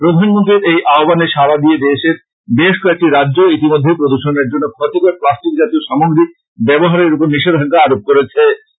প্রধানমন্ত্রীর এই আহ্বানে সাড়া দিয়ে দেশের বেশ কয়েকটি রাজ্য ইতিমধ্যেই প্রদৃষনের জন্য ক্ষতিকর প্লাষ্টিক জাতীয় সামগ্রী ব্যবহারের ওপর নিষেধাজ্ঞা আরোপ করেছে